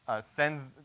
sends